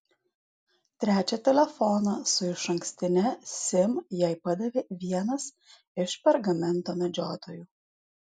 trečią telefoną su išankstine sim jai padavė vienas iš pergamento medžiotojų